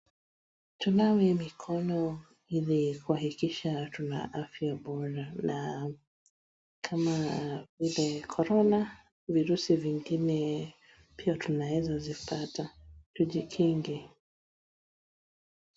Tunawe mikono ili kuhakikisha tuna afya bora na kama vile corona virusi vingine pia tunaweza zipata tujikinge.